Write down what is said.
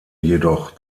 jedoch